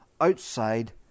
outside